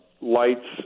lights